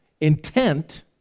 intent